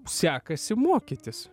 sekasi mokytis